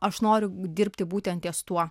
aš noriu dirbti būtent ties tuo